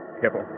Careful